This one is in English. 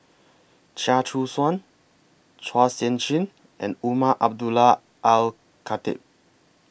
Chia Choo Suan Chua Sian Chin and Umar Abdullah Al Khatib